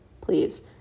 please